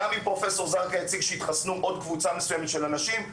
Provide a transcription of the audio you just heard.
גם אם פרופ' זרקא יציג שהתחסנה עוד קבוצה מסוימת של אנשים,